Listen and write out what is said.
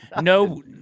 no